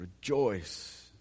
rejoice